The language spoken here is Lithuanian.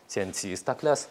cnc stakles